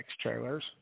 trailers